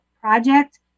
project